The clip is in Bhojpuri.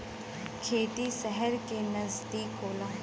खेती सहर के नजदीक होला